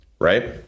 right